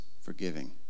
forgiving